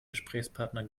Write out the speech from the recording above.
gesprächspartner